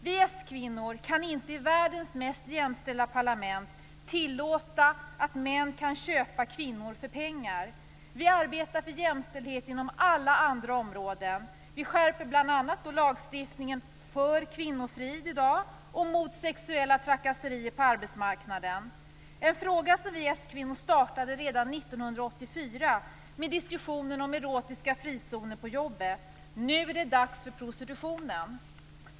Vi s-kvinnor kan inte i världens mest jämställda parlament tillåta att män kan köpa kvinnor för pengar. Vi arbetar för jämställdhet inom alla områden. Vi skärper lagstiftningen för kvinnofrid i dag och mot sexuella trakasserier på arbetsmarknaden - en fråga som vi s-kvinnor tog upp redan 1984 genom diskussionen om erotiska frizoner på jobbet. Nu är det dags för prostitutionen.